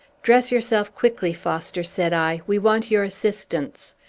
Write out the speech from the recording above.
dress yourself quickly, foster, said i. we want your assistance.